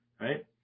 Right